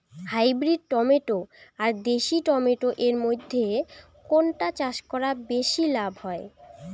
Hybrid tomato আর দেশি tomato এর মইধ্যে কোনটা চাষ করা বেশি লাভ হয়?